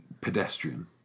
pedestrian